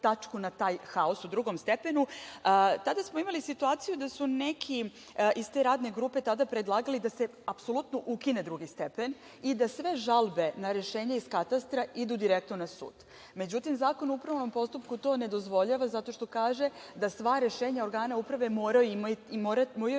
na taj haos u drugom stepenu. Tada smo imali situaciju da su neki iz te radne grupe predlagali da se apsolutno ukine drugi stepen i da sve žalbe na rešenja iz katastra idu direktno na sud.Međutim, Zakon o upravnom postupku to ne dozvoljava, zato što kaže da sva rešenja organa uprave moraju imati